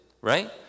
right